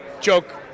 joke